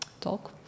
talk